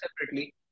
separately